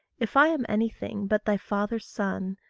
if i am anything but thy father's son,